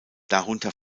darunter